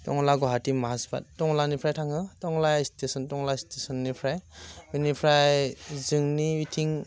टंला गवाहाटी मासबात टंलानिफ्राय थाङो टंला स्टेसन टंला स्टेसनिफ्राय बेनिफ्राय जोंनिथिं